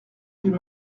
d’une